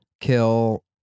kill